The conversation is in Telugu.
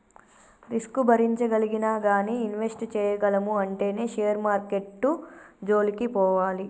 రిస్క్ భరించగలిగినా గానీ ఇన్వెస్ట్ చేయగలము అంటేనే షేర్ మార్కెట్టు జోలికి పోవాలి